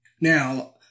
Now